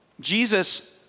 Jesus